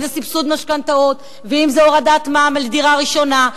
אם זה סבסוד משכנתאות ואם זה הורדת מע"מ על דירה ראשונה,